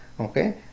okay